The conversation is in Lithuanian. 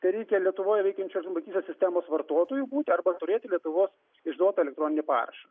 tai reikia lietuvoj veikiančios mokestinės sistemos vartotoju būti arba turėti lietuvos išduotą elektroninį parašą